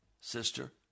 sister